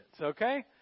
okay